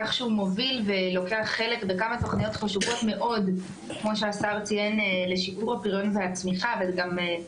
הללו, כפי שעשינו כבר גם בעבר.